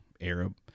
Arab